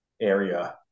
area